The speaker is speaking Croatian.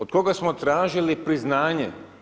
Od koga smo tražili priznanje?